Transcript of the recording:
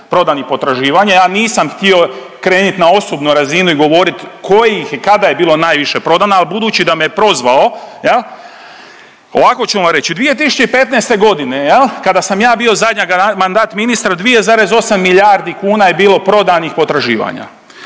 prodanih potraživanja, ja nisam htio krenit na osobnu razinu i govorit kojih kada je bilo najviše prodano, al budući sa me prozvao ovako ću vam reć. 2015.g. kada sam ja bio zadnji mandat, mandat ministra 2,8 milijardi kuna je bilo prodanih potraživanja,